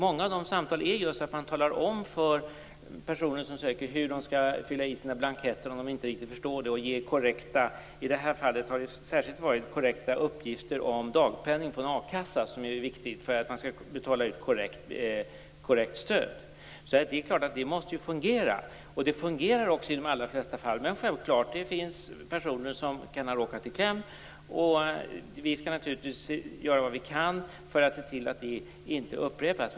Många av de samtalen går ut på att man talar om för personer som söker hur de skall fylla i sina blanketter, om de inte riktigt förstår det. I det här fallet har det varit särskilt viktigt med korrekta uppgifter om dagpenning från a-kassa för att korrekt stöd skall betalas ut. Det är klart att det måste fungera, och det fungerar också i de allra flesta fall. Men självklart finns det personer som kan ha råkat i kläm. Vi skall naturligtvis göra vad vi kan för att se till att det inte upprepas.